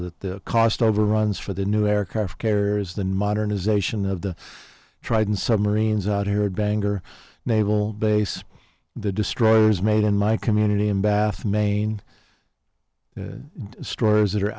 that the cost overruns for the new aircraft carriers than modernization of the trident submarines out her bangor naval base the destroyers made in my community in bath maine stores that are